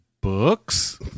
books